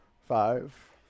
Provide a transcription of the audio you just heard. Five